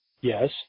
Yes